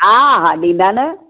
हा हा ॾींदा न